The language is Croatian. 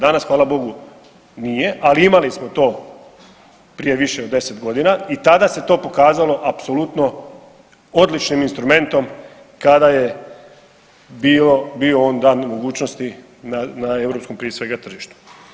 Danas hvala Bogu nije, ali imali smo to prije više od 10 godina i tada se to pokazalo apsolutno odličnim instrumentom kada je bio dan na mogućnosti na europskom prije svega tržištu.